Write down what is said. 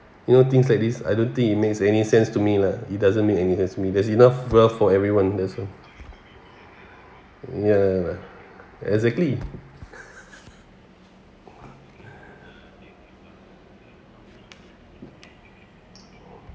you know things like this I don't think it makes any sense to me lah it doesn't make any enough wealth for everyone that's all ya exactly